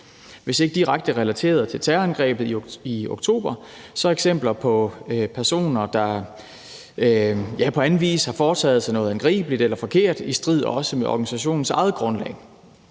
som ikke er direkte relaterede til terrorangrebet i oktober, men som på anden vis har foretaget sig noget angribeligt eller forkert, og som også er i strid med organisationens eget grundlag.